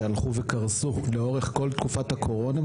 כשהלכו וקרסו לאורך כל תקופת הקורונה.